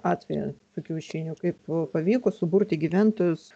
atvejį su kiaušiniu kaip pavyko suburti gyventojus